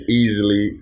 easily